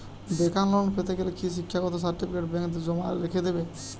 বেকার লোন পেতে গেলে কি শিক্ষাগত সার্টিফিকেট ব্যাঙ্ক জমা রেখে দেবে?